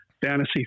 fantasy